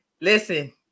Listen